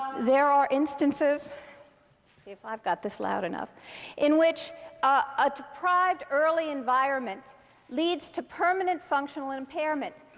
there are instances see if i've got this loud enough in which a deprived early environment leads to permanent functional impairment.